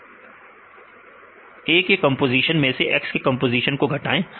विद्यार्थी कंपोजीशन के बीच में अंतर अंतर सही है A के कंपोजीशन मैं से X के कंपोजीशन को घटाएं